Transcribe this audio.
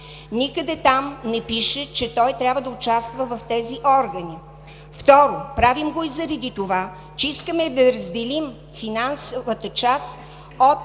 Никъде там не пише, че той трябва да участва в тези органи. Второ, правим го и заради това, че искаме да разделим финансовата част,